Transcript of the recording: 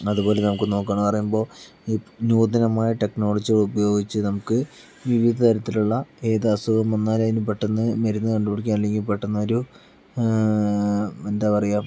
അതുപോലെ നമുക്ക് നോക്കണെന്ന് പറയുമ്പോൾ നു നൂതനമായ ടെക്നോളജി ഉപയോഗിച്ച് നമുക്ക് വിവിധ തരത്തിലുള്ള ഏത് അസുഖം വന്നാലും അതിന് പെട്ടന്ന് മരുന്ന് കണ്ടുപിടിക്കാൻ അല്ലെങ്കിൽ പെട്ടന്നൊരു എന്താ പറയുക